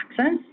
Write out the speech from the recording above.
access